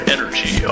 Energy